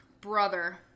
Brother